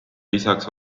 lisaks